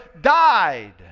died